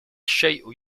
الشيء